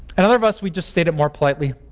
and others of us, we've just stated more politely,